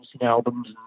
albums